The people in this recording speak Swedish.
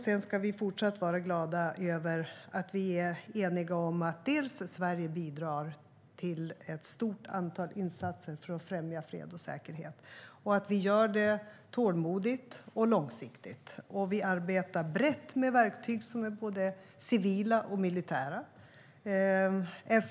Sedan ska vi även i fortsättningen vara glada över att vi är eniga i att Sverige bidrar till ett stort antal insatser för att främja fred och säkerhet. Vi gör det tålmodigt och långsiktigt, och vi arbetar brett med både civila och militära verktyg.